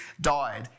died